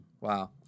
Wow